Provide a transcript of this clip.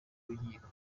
w’inkiko